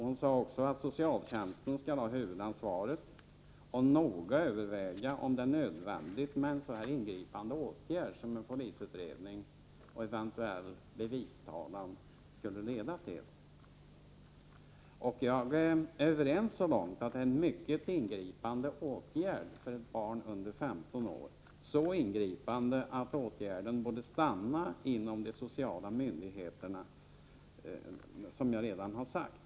Hon sade också att socialtjänsten skall ha huvudansvaret och noga överväga om det är nödvändigt med en så ingripande åtgärd som en polisutredning och eventuell bevistalan skulle innebära. Vi är överens så långt som att det är en mycket ingripande åtgärd för ett barn under 15 år — så ingripande att åtgärden borde stanna inom de sociala myndigheterna, som jag redan har sagt.